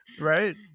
Right